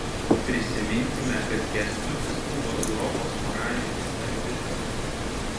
prisiminkime kad kęstutis buvo europos moralinis arbitras